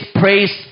praise